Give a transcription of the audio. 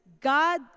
God